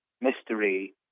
Mystery